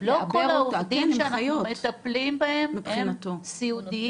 לא כל העובדים שאנחנו מטפלים בהם הם סיעודיים.